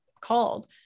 called